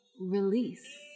release